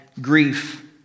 grief